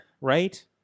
Right